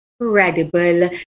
incredible